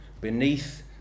beneath